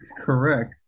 correct